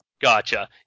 gotcha